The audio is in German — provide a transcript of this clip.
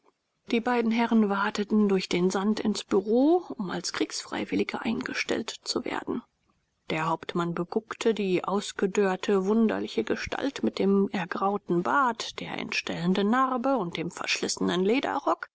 die beiden herren wateten durch den sand ins bureau um als kriegsfreiwillige eingestellt zu werden der hauptmann beguckte die ausgedörrte wunderliche gestalt mit dem ergrauenden bart der entstellenden narbe und dem verschlissenen lederrock